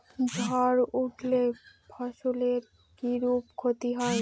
ঝড় উঠলে ফসলের কিরূপ ক্ষতি হয়?